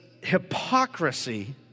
hypocrisy